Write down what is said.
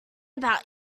about